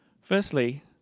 Firstly